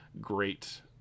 great